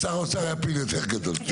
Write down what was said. שר האוצר היה פיל יותר גדול.